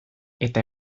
eta